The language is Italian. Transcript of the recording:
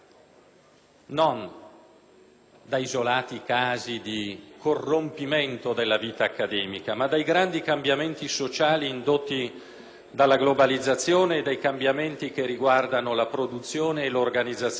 non da isolati casi di corrompimento della vita accademica, ma dai grandi cambiamenti sociali indotti dalla globalizzazione e dai cambiamenti che riguardano la produzione e l'organizzazione dei saperi oggi.